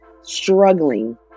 struggling